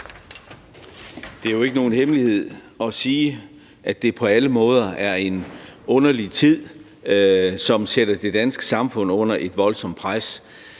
Det er jo ikke nogen hemmelighed at sige, at det på alle måder er en underlig tid, som sætter det danske samfund under et voldsomt pres,